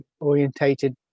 orientated